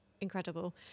Incredible